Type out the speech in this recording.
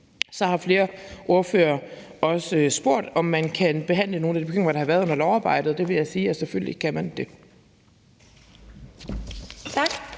Så har flere ordførere også spurgt, om man kan behandle nogle af de bekymringer, der har været under lovarbejdet. Til det vil jeg sige, at selvfølgelig kan man det.